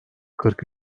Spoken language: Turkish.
kırk